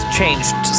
changed